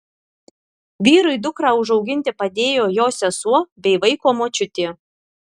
vyrui dukrą užauginti padėjo jo sesuo bei vaiko močiutė